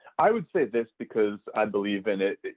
i would say this, because i believe in it.